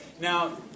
Now